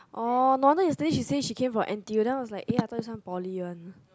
oh no wonder yesterday she say she came from N_T_U then I was like eh I thought this one Poly one